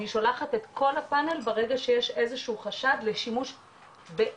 אני שולחת את כל הפאנל ברגע שיש איזשהו חשד לשימוש במשהו.